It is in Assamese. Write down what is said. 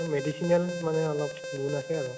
মেডিচিনেল মানে অলপ গুণ আছে আৰু